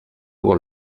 pour